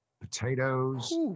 potatoes